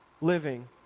living